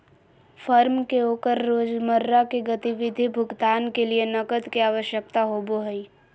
firm के ओकर रोजमर्रा के गतिविधि भुगतान के लिये नकद के आवश्यकता होबो हइ